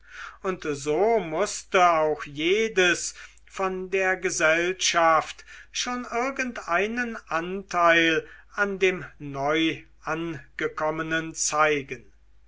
und so mußte auch jedes von der gesellschaft schon irgendeinen anteil an dem neuangekommenen zeigen